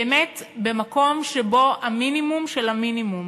באמת, במקום שבו המינימום של המינימום.